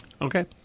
Okay